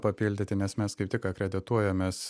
papildyti nes mes kaip tik akredituojamės